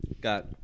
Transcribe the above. Got